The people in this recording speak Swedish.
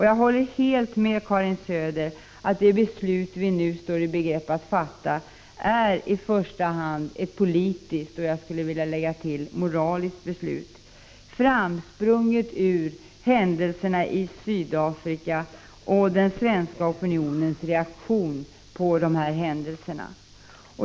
Jag håller helt med Karin Söder att det beslut vi nu står i begrepp att fatta i första hand är ett politiskt, och jag skulle vilja lägga till, ett moraliskt beslut, 45 framsprunget ur händelserna i Sydafrika och ur den svenska opinionens reaktion på dessa händelser.